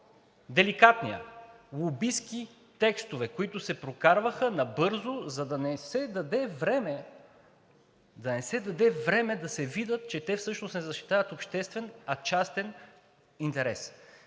по-деликатният – лобистки текстове, които се прокарваха набързо, за да не се даде време да се види, че те всъщност не защитават обществен, а частен интерес.